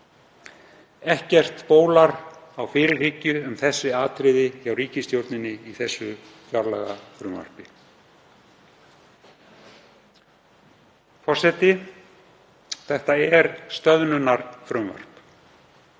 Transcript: Ekkert bólar á fyrirhyggju um þessi atriði hjá ríkisstjórninni í þessu fjárlagafrumvarpi. Forseti. Þetta er stöðnunarfrumvarp.